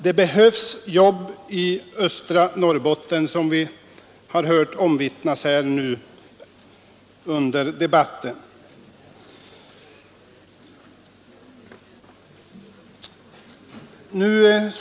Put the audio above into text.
Det behövs jobb i östra Norrbotten, det har vi hört omvittnas i denna debatt.